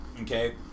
Okay